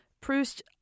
Proust